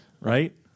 Right